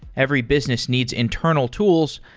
every business needs internal tools,